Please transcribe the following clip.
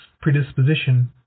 predisposition